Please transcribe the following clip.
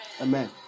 Amen